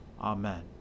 Amen